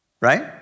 right